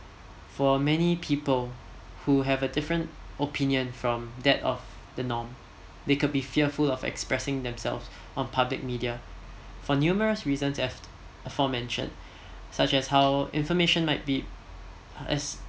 for many people who have a different opinion from that of the norm they could be fearful of expressing themselves on public media for numerous reason I've aforementioned such as how information might be as